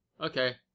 okay